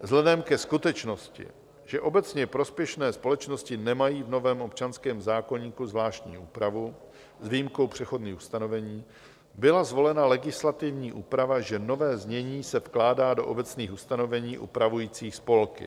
Vzhledem ke skutečnosti, že obecně prospěšné společnosti nemají v novém občanském zákoníku zvláštní úpravu s výjimkou přechodných ustanovení, byla zvolena legislativní úprava, že nové znění se vkládá do obecných ustanovení upravujících spolky.